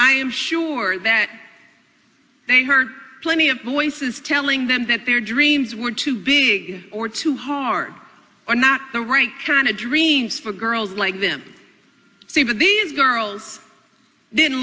i am sure that they heard plenty of voices telling them that their dreams were too big or too hard or not the right kind of dreams for girls like them see with these girls